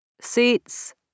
Seats